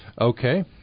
okay